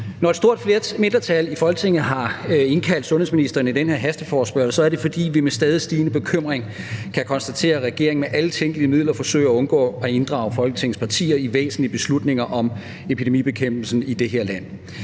Når et stort mindretal i Folketinget har indkaldt sundhedsministeren til den her hasteforespørgsel, er det, fordi vi med stadigt stigende bekymring kan konstatere, at regeringen med alle tænkelige midler forsøger at undgå at inddrage Folketingets partier i væsentlige beslutninger om epidemibekæmpelsen i det her land.